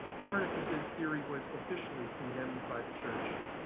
copernicus's theory was officially condemned by the church,